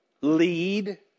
lead